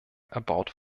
erbaut